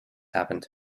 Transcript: happened